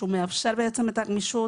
שמאפשר את הגמישות,